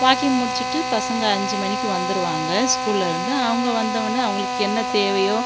walking முடிச்சுட்டு பசங்கள் அஞ்சு மணிக்கு வந்துடுவாங்க ஸ்கூல்லிருந்து அவங்க வந்தவுன்னே அவர்களுக்கு என்ன தேவையோ